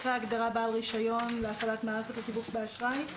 אחרי ההגדרה בעל רישיון להפעלת מערכת לתיווך באשראי.